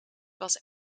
was